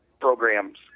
programs